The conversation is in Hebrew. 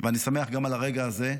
ואני שמח גם על הרגע הזה.